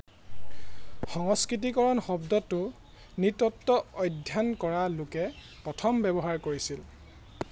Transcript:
সংস্কৃতিকৰণ শব্দটো নৃতত্ত্ব অধ্যয়ন কৰা লোকে প্ৰথম ব্যৱহাৰ কৰিছিল